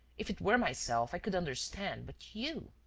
if it were myself, i could understand, but you.